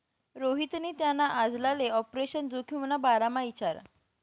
रोहितनी त्याना आजलाले आपरेशन जोखिमना बारामा इचारं